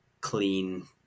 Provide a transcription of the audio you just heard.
clean